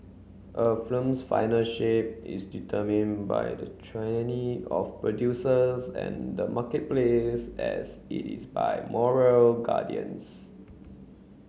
a film's final shape is determine by the tyranny of producers and the marketplace as it is by moral guardians